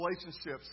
relationships